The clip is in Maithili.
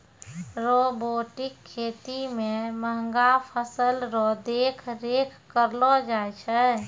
रोबोटिक खेती मे महंगा फसल रो देख रेख करलो जाय छै